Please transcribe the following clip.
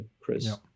Chris